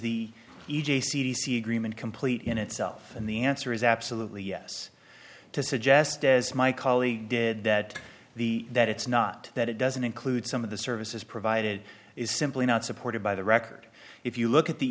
the e j c d c agreement complete in itself and the answer is absolutely yes to suggest as my colleague did that the that it's not that it doesn't include some of the services provided is simply not supported by the record if you look at the